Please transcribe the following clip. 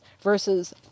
versus